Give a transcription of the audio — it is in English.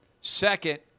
Second